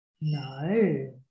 No